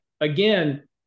again